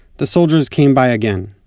the soldiers came by again.